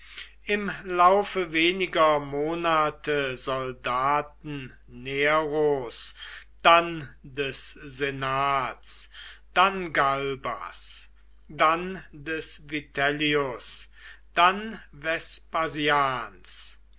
im laufe weniger monate soldaten neros dann des senats dann galbas dann des vitellius dann